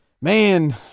Man